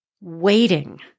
waiting